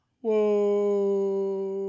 whoa